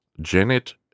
Janet